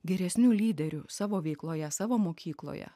geresniu lyderiu savo veikloje savo mokykloje